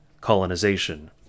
colonization